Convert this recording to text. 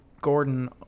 gordon